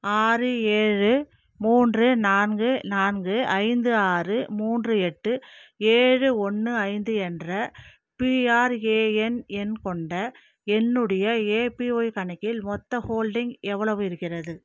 ஆறு ஏழு மூன்று நான்கு நான்கு ஐந்து ஆறு மூன்று எட்டு ஏழு ஒன்று ஐந்து என்ற பிஆர்ஏஎன் எண் கொண்ட என்னுடைய ஏபிஒய் கணக்கில் மொத்த ஹோல்டிங் எவ்வளவு இருக்கிறது